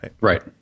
Right